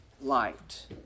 light